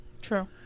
True